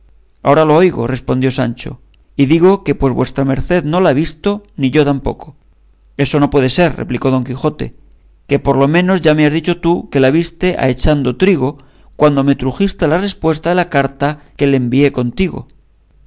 ahora lo oigo respondió sancho y digo que pues vuestra merced no la ha visto ni yo tampoco eso no puede ser replicó don quijote que por lo menos ya me has dicho tú que la viste ahechando trigo cuando me trujiste la respuesta de la carta que le envié contigo